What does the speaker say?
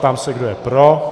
Ptám se, kdo je pro.